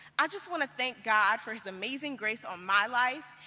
i just want to thank god for his amazing grace on my life,